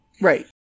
Right